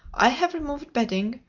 i have removed bedding,